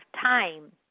time